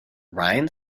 ryan